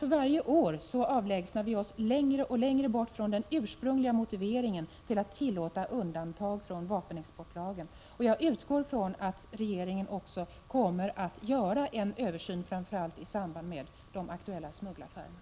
För varje år avlägsnar vi oss längre bort från den ursprungliga motiveringen till att tillåta undantag från vapenexportlagen. Jag utgår från att regeringen kommer att göra en översyn, framför allt i samband med de aktuella smuggelaffärerna.